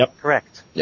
correct